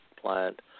plant